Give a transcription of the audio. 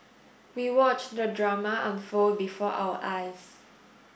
we watched the drama unfold before our eyes